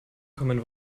common